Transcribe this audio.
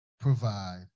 provide